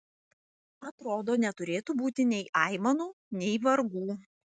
atrodo neturėtų būti nei aimanų nei vargų